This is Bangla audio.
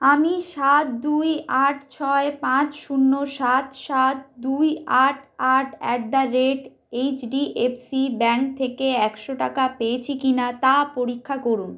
আমি সাত দুই আট ছয় পাঁচ শূন্য সাত সাত দুই আট আট at the rate HDFC bank থেকে একশো টাকা পেয়েছি কি না তা পরীক্ষা করুন